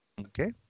Okay